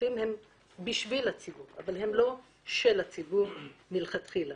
שהכספים הם עבור הציבור אבל הם לא של הציבור מלכתחילה.